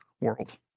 world